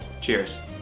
Cheers